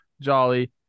Jolly